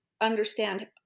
understand